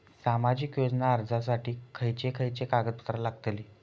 सामाजिक योजना अर्जासाठी खयचे खयचे कागदपत्रा लागतली?